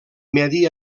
medi